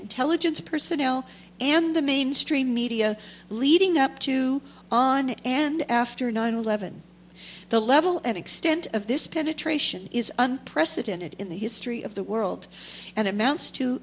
intelligence personnel and the mainstream media leading up to on and after nine eleven the level and extent of this penetration is unprecedented in the history of the world and amounts to